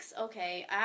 Okay